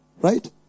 Right